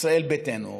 ישראל ביתנו,